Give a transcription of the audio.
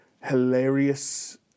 hilarious